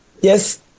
yes